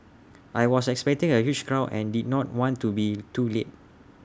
I was expecting A huge crowd and did not want to be too late